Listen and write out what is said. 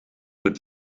het